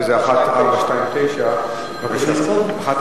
שהיא 1429. בבקשה,